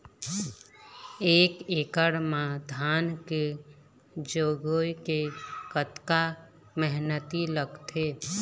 एक एकड़ म धान के जगोए के कतका मेहनती लगथे?